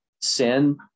sin